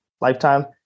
lifetime